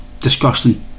disgusting